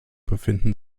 befinden